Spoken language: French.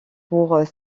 pour